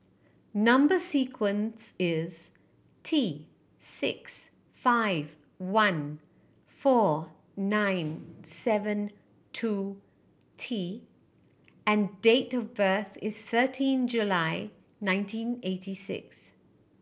number sequence is T six five one four nine seven two T and date of birth is thirteen July nineteen eighty six